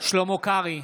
שלמה קרעי,